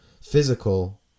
physical